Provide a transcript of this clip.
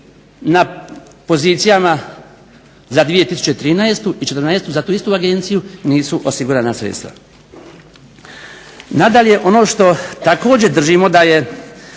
na pozicijama za 2013. i četrnaestu za tu istu agenciju nisu osigurana sredstva. Nadalje, ono što također držimo da nije